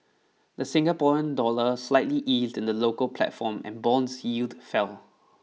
the Singaporean dollar slightly eased in the local platform and bonds yield fell